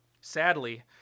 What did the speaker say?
Sadly